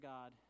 God